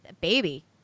Baby